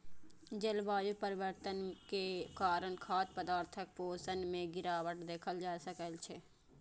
जलवायु परिवर्तन के कारण खाद्य पदार्थक पोषण मे गिरावट देखल जा रहल छै